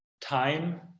time